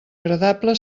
agradable